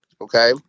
okay